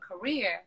career